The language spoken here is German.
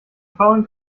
faulen